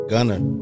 Gunner